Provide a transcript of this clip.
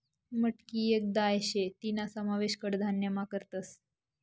मटकी येक दाय शे तीना समावेश कडधान्यमा करतस